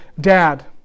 Dad